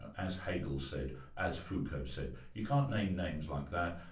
as hegel said. as foucault said, you can't name names like that,